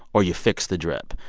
or you fix the drip.